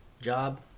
job